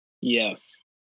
Yes